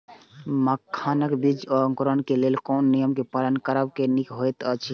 मखानक बीज़ क अंकुरन क लेल कोन नियम क पालन करब निक होयत अछि?